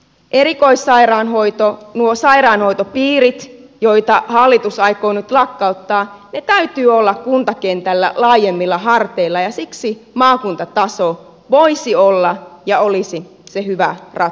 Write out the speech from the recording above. erikoissairaanhoidon noiden sairaanhoitopiirien joita hallitus aikoo nyt lakkauttaa täytyy olla kuntakentällä laajemmilla harteilla ja siksi maakuntataso voisi olla ja olisi se hyvä ratkaisu